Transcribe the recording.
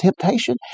temptation